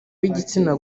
b’igitsina